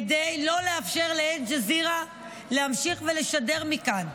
כדי לא לאפשר לאל-ג'זירה להמשיך לשדר מכאן.